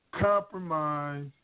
compromise